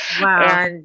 Wow